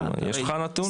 לא מעט, יש לך נתון?